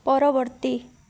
ପରବର୍ତ୍ତୀ